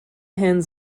hens